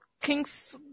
kings